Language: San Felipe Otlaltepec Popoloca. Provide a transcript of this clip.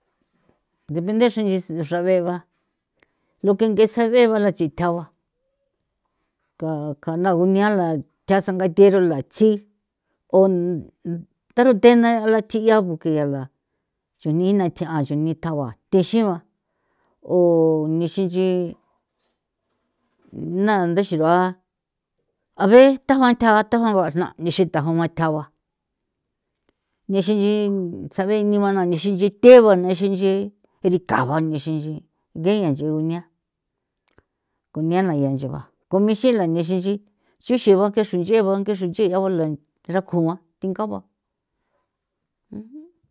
Depende xra nch'i xra be'e ba lo que ng'esa be ba la chitja ba pa kjana unialah ta sanga thi rula tsi o ntharuthe na la tjia buque yala chujnina tjia'a chujni tjagua thixiu'a o nixinchi na ntha xi rua a ve tjabatha tha guajna nixin tjagua nixinchi sabe ni guajna nixinchi the'e ba nixinchi ndikjao'a nixinchi guea nchi gunia ko niala ncha nche ba ko mixila nexinchi chuxigua ke xrui nch'e ba ke xrui nche'ia guala rakjua thinga ba.